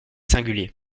singulier